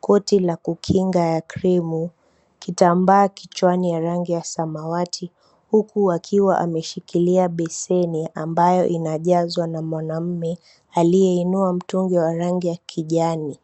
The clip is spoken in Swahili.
koti la kukinga ya krimu, kitambaa kichwani ya rangi ya samawati, huku akiwa ameshikilia beseni ambayo inajazwa na mwanaume aliyeinua mtungi wa rangi ya kijani.